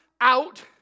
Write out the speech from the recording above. out